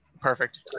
Perfect